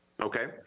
okay